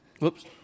Whoops